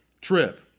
trip